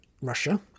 Russia